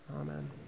Amen